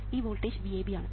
ഈ voltage VAB ആണ്